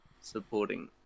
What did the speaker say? supporting